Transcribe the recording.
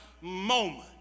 moment